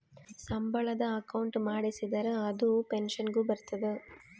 ಸಂಬಳದ ಅಕೌಂಟ್ ಮಾಡಿಸಿದರ ಅದು ಪೆನ್ಸನ್ ಗು ಬರ್ತದ